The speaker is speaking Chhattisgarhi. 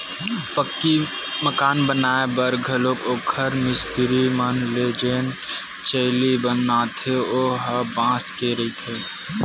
पक्की मकान बनाए बर घलोक ओखर मिस्तिरी मन जेन चइली बनाथे ओ ह बांस के रहिथे